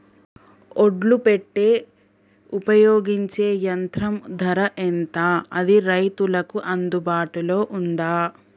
ఒడ్లు పెట్టే ఉపయోగించే యంత్రం ధర ఎంత అది రైతులకు అందుబాటులో ఉందా?